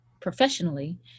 professionally